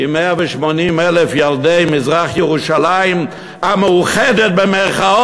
כי 180,000 ילדי מזרח-ירושלים ה"מאוחדת"